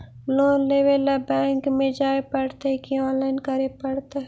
Loan लेवे ल bank में जाय पड़तै कि औनलाइन करे पड़तै?